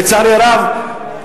לצערי הרב,